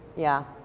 yeah?